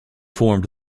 formed